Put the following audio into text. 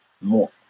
more